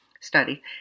study